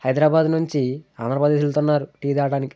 హైదరాబాదు నుంచి ఆంధ్రప్రదేశ్ వెళ్తన్నారు టీ తాగడానికి